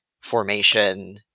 formation